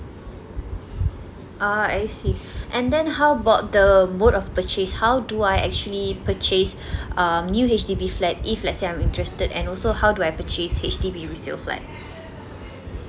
ah I see and then how about the mode of purchase how do I actually purchase um new H_D_B flat if let's say I'm interested and also how do I purchase H_D_B resale flat